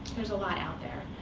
there's a lot out there.